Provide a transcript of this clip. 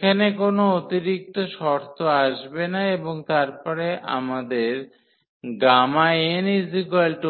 এখানে কোনও অতিরিক্ত শর্ত আসবে না এবং তারপরে আমাদের n 10ln 1t